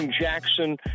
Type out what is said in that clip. Jackson